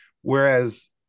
whereas